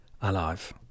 alive